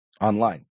online